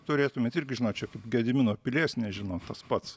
turėtumėt irgi žinot čia kaip gedimino pilies nežinot tas pats